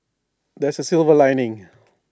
there's A silver lining